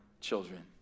children